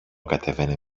κατέβαινε